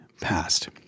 passed